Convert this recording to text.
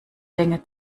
länge